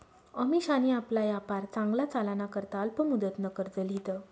अमिशानी आपला यापार चांगला चालाना करता अल्प मुदतनं कर्ज ल्हिदं